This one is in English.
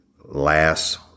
last